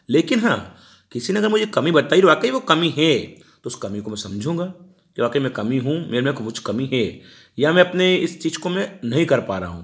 लेकिन हाँ किसी ने अगर मुझे कमी बताई और वाकई वह कमी है तो उस कमी को मैं समझूँगा कि वाकई में कमी हूँ मेरे में कुछ कमी है या मैं अपने इस चीज़ को मैं नहीं कर पा रहा हूँ